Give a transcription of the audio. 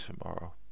tomorrow